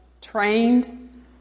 trained